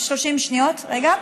30 שניות, רגע.